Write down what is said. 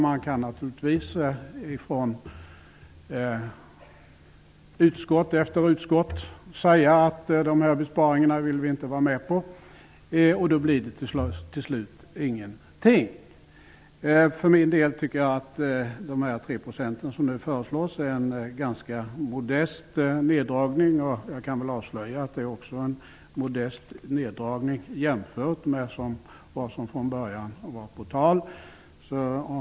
Man kan naturligtvis från utskott efter utskott säga att man inte vill vara med på besparingar. Då blir det till slut ingenting av besparingarna. För min del tycker jag att den 3-procentiga sänkning av bidragsbeloppen som föreslås är en ganska modest neddragning. Jag kan avslöja att det är en modest neddragning jämfört med vad som från början var på tal.